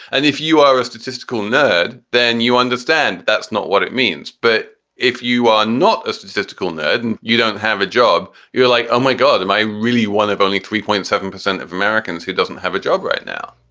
and if you are a statistical nerd, then you understand that's not what it means. but if you are not a statistical nerd and you don't have a job, you're like, oh, my god, am i really one of only three point seven percent of americans who doesn't have a job right now?